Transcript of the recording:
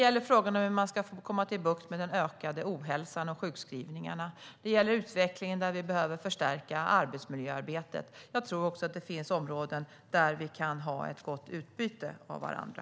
Andra frågor är hur man ska få bukt med den ökade ohälsan och sjukskrivningarna samt behovet av förstärkning av arbetsmiljöarbetet. Jag tror att det finns områden där vi kan ha ett gott utbyte av varandra.